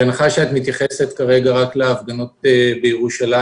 בהנחה שאת מתייחסת כרגע רק להפגנות בירושלים.